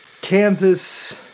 Kansas